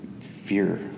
fear